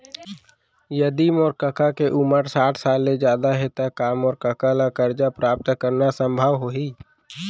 यदि मोर कका के उमर साठ साल ले जादा हे त का मोर कका ला कर्जा प्राप्त करना संभव होही